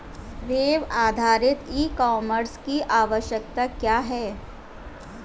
Web आधारित e commerce की आवश्यकता क्या है?